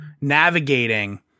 navigating